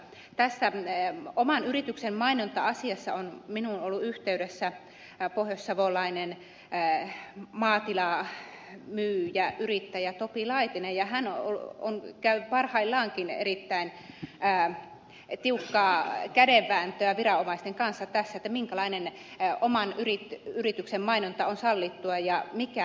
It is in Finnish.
tässä oman yrityksen mainonta asiassa on minuun ollut yh teydessä pohjoissavolainen maatilamyyjä yrittäjä topi laitinen ja hän käy parhaillaankin erittäin tiukkaa kädenvääntöä viranomaisten kanssa tässä minkälainen oman yrityksen mainonta on sallittua ja mikä ei